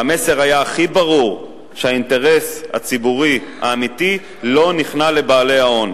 והמסר היה הכי ברור: שהאינטרס הציבורי האמיתי לא נכנע לבעלי ההון.